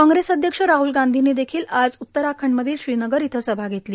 कांग्रेस अध्यक्ष राहल गांधींनी देखील आज उत्तराखंडमधील श्रीनगर इथं सभा घेतली